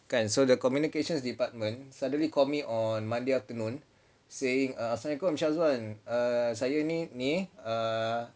kan so the communications department suddenly call me on monday afternoon saying um assalamualaikum shazwan err saya nik ni err